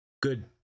good